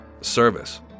service